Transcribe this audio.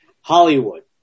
Hollywood